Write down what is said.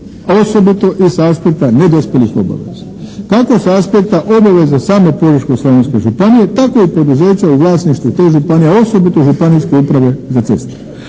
osobito i sa aspekta nedospjelih obaveza. Kako sa aspekta obaveze same Požeško-slavonske županije tako i poduzeća u vlasništvu te županije a osobito županijske uprave za ceste.